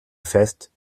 fest